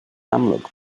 amlwg